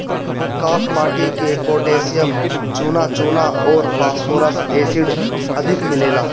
काप माटी में पोटैशियम, चुना, चुना अउरी फास्फोरस एसिड अधिक मिलेला